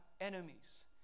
enemies